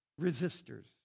resistors